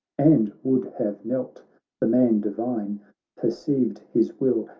and would have knelt the man divine perceived his will,